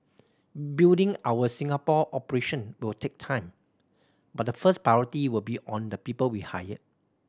building our Singapore operation will take time but the first priority will be on the people we hire